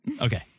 Okay